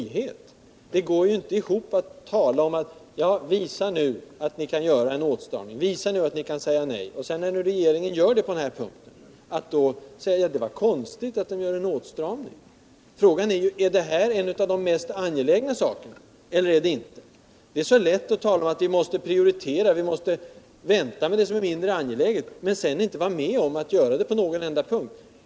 Ert resonemang går inte ihop. Det går ju inte att först säga till regeringen: Visa nu att ni kan göra en åtstramning. visa nu att ni kan säga nej! När regeringen så gör det på den här punkten, då säger ni: Det var konstigt att regeringen gör en åtstramning. Frågan är om detta är en av de mest angelägna sakerna eller inte. Det är så lätt att tala om att vi måste prioritera och vänta med det som är mindre angeläget men sedan inte vara med om att göra det på någon enda punkt.